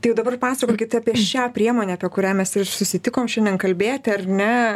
tai jau dabar pasakokit apie šią priemonę apie kurią mes ir susitikom šiandien kalbėti ar ne